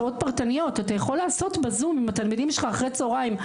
שעות פרטניות אתה יכול לעשות בזום עם התלמידים שלך אחרי הצוהריים,